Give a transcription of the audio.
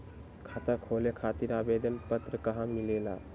खाता खोले खातीर आवेदन पत्र कहा मिलेला?